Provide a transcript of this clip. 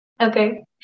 Okay